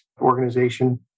organization